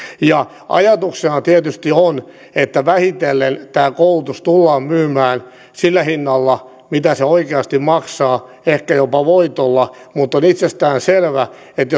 ja ajatuksena tietysti on että vähitellen tämä koulutus tullaan myymään sillä hinnalla mitä se oikeasti maksaa ehkä jopa voitolla mutta on itsestään selvää että